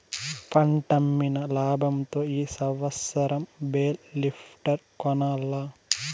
పంటమ్మిన లాబంతో ఈ సంవత్సరం బేల్ లిఫ్టర్ కొనాల్ల